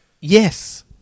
Yes